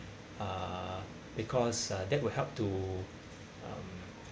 uh because uh that will help to um